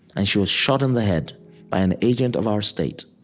and she was shot in the head by an agent of our state.